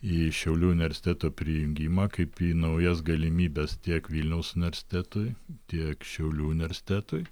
į šiaulių universiteto prijungimą kaip į naujas galimybes tiek vilniaus universitetui tiek šiaulių universitetui